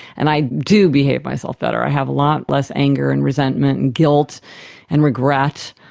and i do behave myself better. i have a lot less anger and resentment and guilt and regret,